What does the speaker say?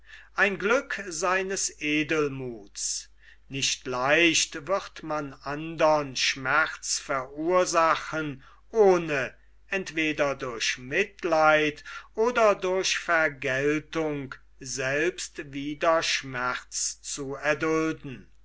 ein glück seines edelmuths nicht leicht wird man andern schmerz verursachen ohne entweder durch mitleid oder durch vergeltung selbst wieder schmerz zu erdulden